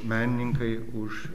menininkai už